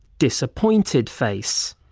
disappointed face.